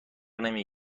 نمی